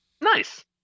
Nice